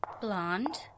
Blonde